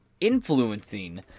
Influencing